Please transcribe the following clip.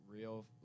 real